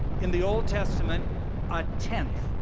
in the old testament a tenth,